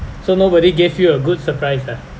so nobody gave you a good surprise ah